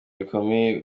bikomeye